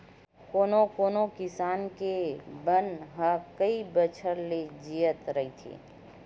कोनो कोनो किसम के बन ह कइ बछर ले जियत रहिथे